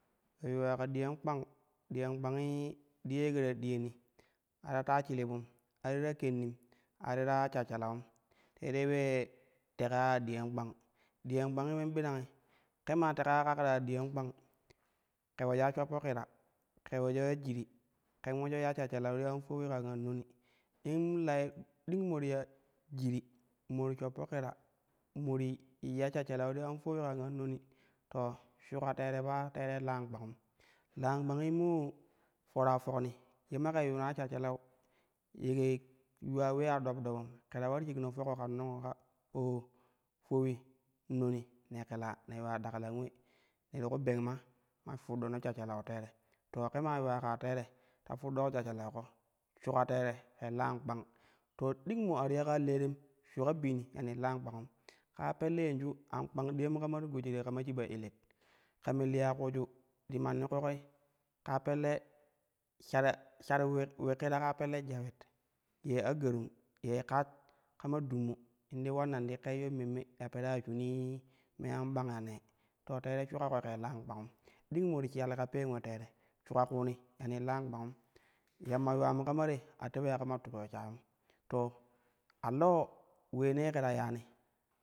Ye yuula ka diyan kpang, diyan kpangi diya ye ke ta diyani a ta taa shilibum a ti ta kennim a ti ta shashalaulin teerei ulee teka ya diyan kpang diyan kpangi ulen birangi ke maa teka ka ke ta ya diyan kpang, ke uleji, shoppo kira, ke uleja ya jiri, ke ulejo ya shashshalau ti an fowi kan an noni in laye ding mo ti ya jiri mo ti shoppo kira, mo ti ya shashshalau ti an fowi kan an noni, to shuka teere pa teerei lan kpangum lan kpangi moo foraa fokni ye ke maa yuna shashshalau ye ke yuwa ulee a dop dopum ke ta ular shikno foko kan nan ko ka oo fowi, noni ne kelan ne yuwa daklan ule ne ti ku beng ma ma fuddono shashshalau teere. To ke maa yuula kaa teere ta fuddoko shashsha lau ko, shuka teere ka lan kpang to ding mo a ti ya kaa le tem shuka biini ya ni lan kpangum kaa pelle yanʒu an kpang diyamu kama ti goji te kama shiba ilit ka me liya kuuju ti manni ƙoƙoi ka pelle share shar ule ule ule kira ka a pelle jawit ye agarum ye kash kama dummo in ti ulanna ti keyyan memme ye peraa ya shinii me an bang ya nee to teere shaka ko ka lan kpangum ding mo ti shodi ka peen ule teere shuka kuuni ya shi lan kpangum, yamma yuula mu kama te a teulo ya kama tukyo shagum to a lewo uleenee ke ta yani.